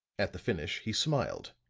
at the finish he smiled.